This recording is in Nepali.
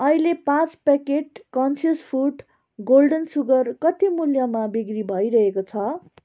अहिले पाँच packet conscious food golden sugar कति मूल्यमा बिक्री भइरहेको छ